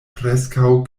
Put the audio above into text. preskaŭ